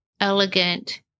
elegant